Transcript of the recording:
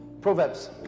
Proverbs